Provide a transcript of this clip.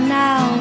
now